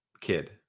kid